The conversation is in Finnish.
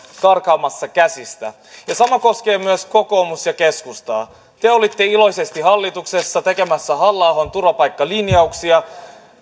karkaamassa käsistä sama koskee myös kokoomusta ja keskustaa te te olitte iloisesti hallituksessa tekemässä halla ahon turvapaikkalinjauksia